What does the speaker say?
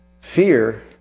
Fear